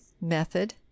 method